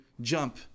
jump